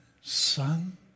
son